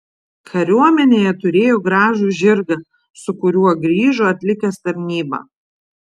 kariuomenėje turėjo gražų žirgą su kuriuo grįžo atlikęs tarnybą